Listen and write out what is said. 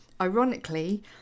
Ironically